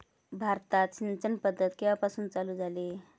भारतात सिंचन पद्धत केवापासून चालू झाली?